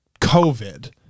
COVID